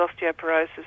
osteoporosis